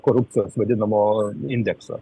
korupcijos vadinamo indekso